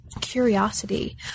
curiosity